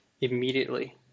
immediately